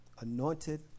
Anointed